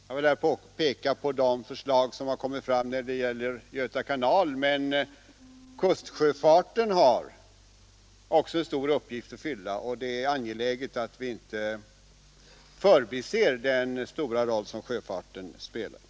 Jag vill där peka på de förslag som kommit fram när det gäller Göta kanal, men jag vill också betona att kustsjöfarten också har en stor uppgift att fylla, och det är angeläget att vi inte förbiser den stora roll som sjöfarten spelar.